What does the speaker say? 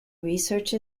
research